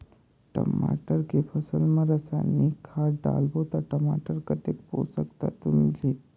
टमाटर के फसल मा रसायनिक खाद डालबो ता टमाटर कतेक पोषक तत्व मिलही?